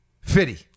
Fitty